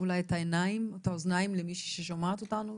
אולי את העיניים או את האוזניים למישהי אחרת ששומעת אותנו,